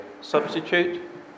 substitute